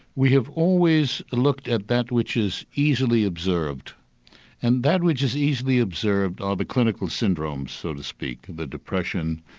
we have always looked at that which is easily observed and that which is easily observed are the clinical syndromes, so to speak. the depression,